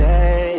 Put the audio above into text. Day